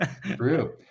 true